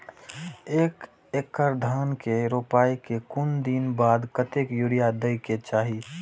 एक एकड़ धान के रोपाई के कुछ दिन बाद कतेक यूरिया दे के चाही?